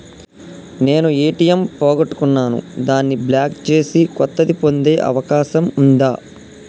నేను ఏ.టి.ఎం పోగొట్టుకున్నాను దాన్ని బ్లాక్ చేసి కొత్తది పొందే అవకాశం ఉందా?